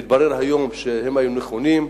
היום מתברר שהם היו נכונים.